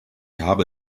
habe